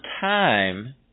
time